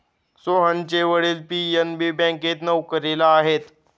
सोहनचे वडील पी.एन.बी बँकेत नोकरीला आहेत